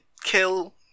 kill